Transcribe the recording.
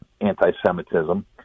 anti-Semitism